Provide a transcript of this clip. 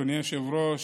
אדוני היושב-ראש,